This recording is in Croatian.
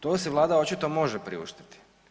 To si Vlada očito može priuštiti.